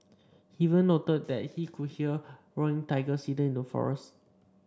he even noted that he could hear roaring tigers hidden in the forest